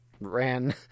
ran